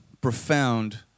profound